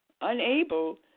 unable